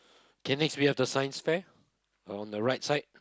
okay next we have the Science fair on the right side